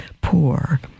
poor